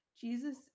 Jesus